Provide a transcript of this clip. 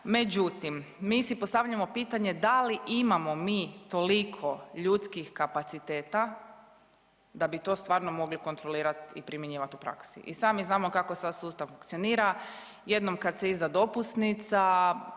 međutim mi si postavljamo pitanje da li imamo mi toliko ljudskih kapaciteta da bi to stvarno mogli kontrolirati i primjenjivati u praksi. I sami znamo kako sad sustav funkcionira. Jednom kad se izda dopusnica